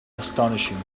astonishing